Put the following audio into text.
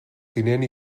tinent